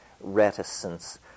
reticence